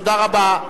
תודה רבה.